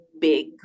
big